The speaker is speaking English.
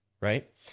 right